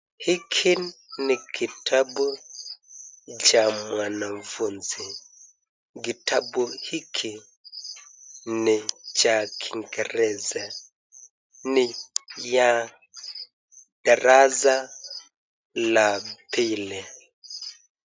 Hiki ni kitabu cha mwanafunzi. Kitabu hiki ni cha Kiingereza. Ni ya darasa la pili.